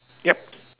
yup